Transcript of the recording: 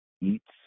Eats